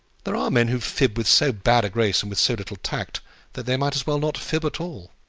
there are men who fib with so bad a grace and with so little tact that they might as well not fib at all.